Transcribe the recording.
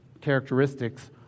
characteristics